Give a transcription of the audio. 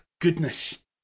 goodness